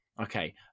Okay